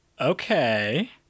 Okay